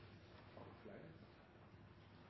havet.